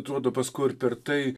atrodo paskui ir per tai